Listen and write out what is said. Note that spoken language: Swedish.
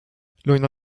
lugna